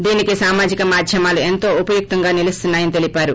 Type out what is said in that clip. దీనికి సామాజిక మాధ్యమాలు ఎంతో ఉప యుక్తంగా నిలుస్తున్నాయని తెలీపారు